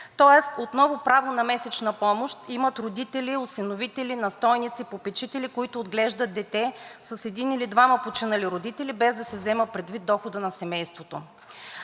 Тоест отново право на месечна помощ имат родители, осиновители, настойници, попечители, които отглеждат дете с един или двама починали родители, без да се взема предвид доходът на семейството.